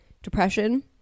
depression